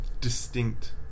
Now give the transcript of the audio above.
distinct